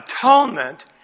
Atonement